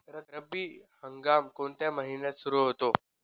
रब्बी हंगाम कोणत्या महिन्यात सुरु होतो?